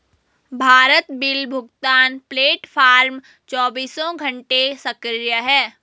Bharat bill भुगतान platform चौबीसों घंटे सक्रिय है